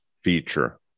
feature